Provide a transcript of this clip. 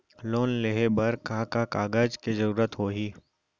Loan लेहे बर का का कागज के जरूरत होही?